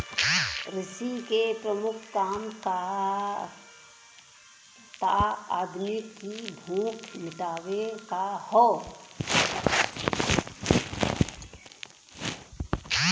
कृषि के प्रमुख काम त आदमी की भूख मिटावे क हौ